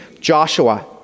Joshua